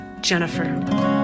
Jennifer